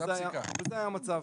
אבל זה היה המצב.